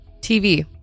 TV